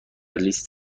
لیست